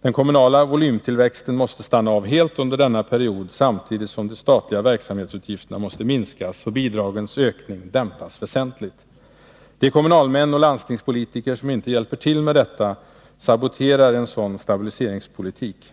Den kommunala volymtillväxten måste stanna av helt under denna period, samtidigt som de statliga verksamhetsutgifterna måste minskas och bidra 1 gens ökning dämpas väsentligt. De kommunalmän och landstingspolitiker som inte hjälper till med detta saboterar en sådan stabiliseringspolitik.